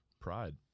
Pride